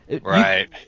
Right